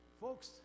Folks